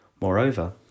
Moreover